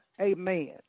Amen